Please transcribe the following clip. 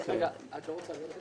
רגע, אולי נעלה גם את